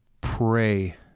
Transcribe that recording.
pray